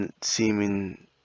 seeming